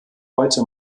heute